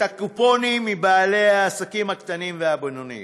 הקופונים מבעלי העסקים הקטנים והבינוניים.